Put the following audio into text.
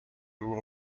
grew